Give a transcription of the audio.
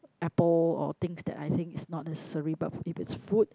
apple or things that I think is not necessary but if it's food